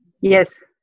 Yes